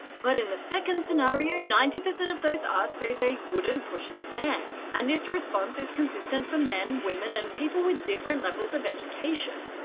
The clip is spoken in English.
but in the second scenario, ninety percent of those asked say they wouldn't push the man. and this response is consistent for men, women and people with different levels of education.